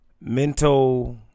Mental